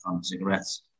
cigarettes